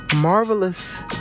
marvelous